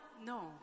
no